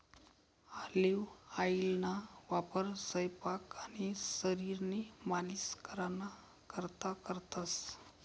olive ऑइलना वापर सयपाक आणि शरीरनी मालिश कराना करता करतंस